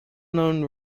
known